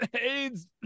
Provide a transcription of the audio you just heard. AIDS